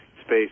space